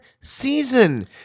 season